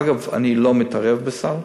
אגב, אני לא מתערב בסל.